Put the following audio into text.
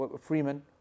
Freeman